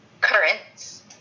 currants